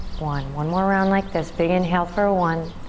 one. one more round like this. big inhale for one,